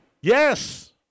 Yes